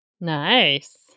nice